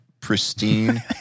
pristine